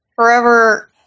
Forever